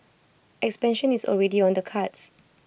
expansion is already on the cards